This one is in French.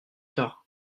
tard